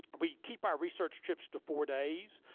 we keep our research trips to four days.